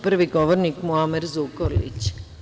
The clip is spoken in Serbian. Prvi govornik Muamer Zukorlić.